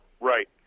Right